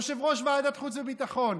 יושב-ראש ועדת החוץ והביטחון?